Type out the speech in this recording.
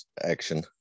action